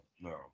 no